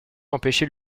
empêcher